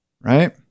Right